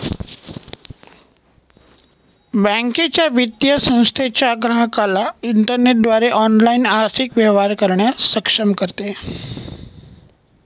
बँकेच्या, वित्तीय संस्थेच्या ग्राहकाला इंटरनेटद्वारे ऑनलाइन आर्थिक व्यवहार करण्यास सक्षम करते